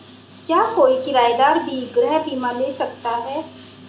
क्या कोई किराएदार भी गृह बीमा ले सकता है?